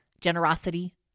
generosity